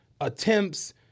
attempts